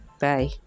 Bye